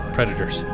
Predators